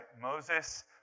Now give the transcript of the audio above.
Moses